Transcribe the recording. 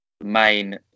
main